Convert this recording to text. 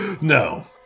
No